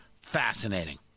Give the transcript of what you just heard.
fascinating